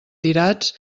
tirats